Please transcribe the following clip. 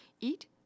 Eat